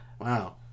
Wow